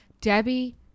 Debbie